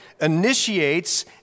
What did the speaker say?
initiates